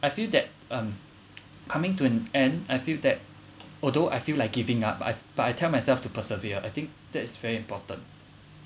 I feel that um coming to an end I feel that although I feel like giving up I've but I tell myself to persevere I think that is very important